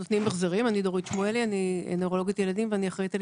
אני נוירולוגית ילדים ואני אחראית על